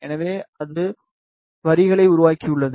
எனவே இது வரிகளை உருவாக்கியுள்ளது